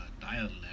dialect